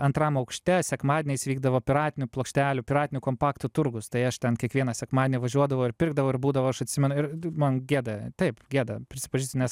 antram aukšte sekmadieniais vykdavo piratinių plokštelių piratinių kompaktų turgus tai aš ten kiekvieną sekmadienį važiuodavau ir pirkdavau ir būdavo aš atsimenu ir man gėda taip gėda prisipažįstu nes